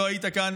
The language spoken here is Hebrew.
לא היית כאן.